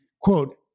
quote